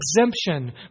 exemption